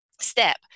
step